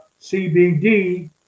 CBD